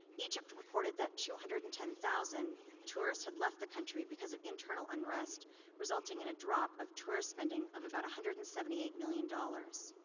egypt reported that two hundred and ten thousand tourists had left the country because of internal unrest resulting in a drop of tourist spending of about one hundred and seventy eight million dollars.